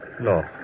No